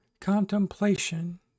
Contemplation